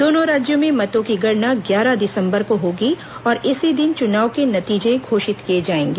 दोनों राज्यों में मतों की गणना ग्यारह दिसंबर को होगी और इसी दिन चुनाव के नतीजे घोषित किए जाएंगे